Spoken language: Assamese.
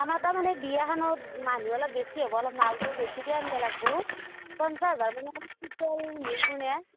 আমাৰ তাৰমানে বিয়াখানত মানুহ অলপ বেছি হ'ব অলপ মালটো বেছিকে আনব লাগবু পঞ্চাশ হাজাৰ মান টোটেল মিলবুনে